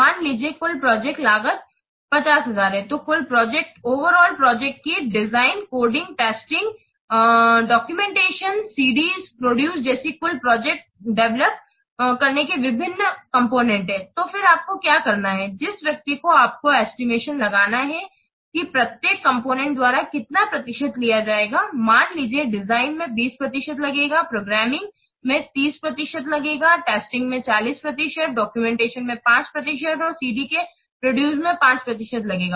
मान लीजिए कुल प्रोजेक्ट लागत 500000 है तो कुल प्रोजेक्ट ओवरआल प्रोजेक्ट की डिजाइन कोडिंग टेस्टिंग दस्तावेज़ीकरण डॉक्यूमेंटेशन सीडी प्रोडूस जैसी कुल प्रोजेक्ट डेवेलोप करने के क्या भिन्न कॉम्पोनेन्ट है तो फिर आपको क्या करना है जिस व्यक्ति को आपको एस्टिमेशन लगाना है कि प्रत्येक कॉम्पोनेन्ट द्वारा कितना प्रतिशत लिया जाएगा मान लीजिए डिजाइन में 20 प्रतिशत लगेगा प्रोग्रामिंग में 30 प्रतिशत लगेगा टेस्टिंग में 40 प्रतिशत डॉक्यूमेंटेशन में 5 प्रतिशत और सीडी के प्रोडूस में 5 प्रतिशत लगेगा